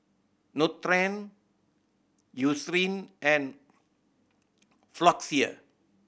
Nutren Eucerin and Floxia